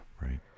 Right